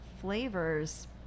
flavors